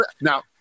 now